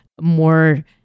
more